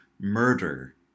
murder